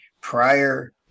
prior